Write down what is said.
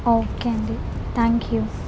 okay అండి thank you